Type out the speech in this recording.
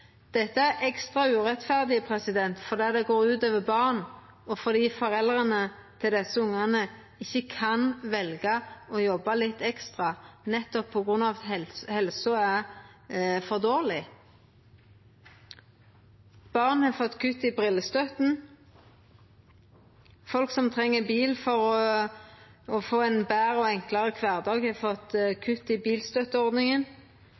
Dette er ekstra urettferdig fordi det går ut over barn, og fordi foreldra til desse ungane ikkje kan velja å jobba litt ekstra på grunn av at helsa er for dårleg. Barn har fått kutt i brillestøtta, folk som treng bil for å få ein betre og enklare kvardag, har fått